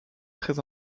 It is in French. très